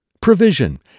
provision